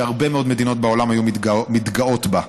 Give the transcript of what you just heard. שהרבה מאוד מדינות בעולם היו מתגאות בה.